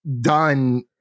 done